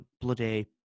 bloody